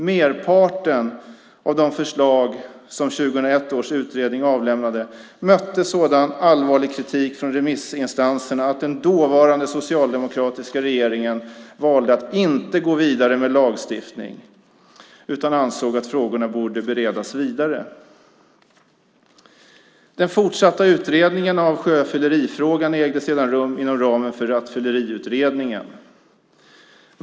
Merparten av de förslag som 2001 års utredning avlämnade mötte sådan allvarlig kritik från remissinstanserna att den dåvarande socialdemokratiska regeringen valde att inte gå vidare med lagstiftning. Man ansåg att frågan borde beredas vidare. Den fortsatta utredningen av sjöfyllerifrågan ägde sedan rum inom ramen för Rattfylleriutredningen.